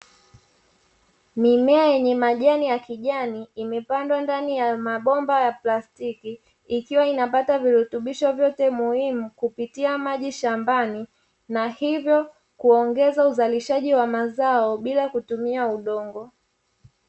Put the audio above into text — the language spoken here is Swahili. Mimea yenye majani ya kijani imepandwa ndani ya mabomba ya plastiki ikiwa inapata virutubisho vyote muhimu, kupitia maji shambani na hivyo kuongeza uzalishaji wa mazao bila kutumia udongo.